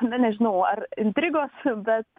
nu nežinau ar intrigos bet